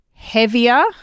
heavier